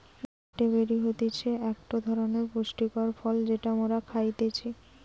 গটে বেরি হতিছে একটো ধরণের পুষ্টিকর ফল যেটা মোরা খাইতেছি